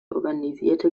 organisierte